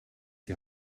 die